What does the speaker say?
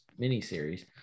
miniseries